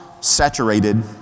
saturated